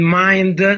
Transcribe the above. mind